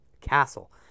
castle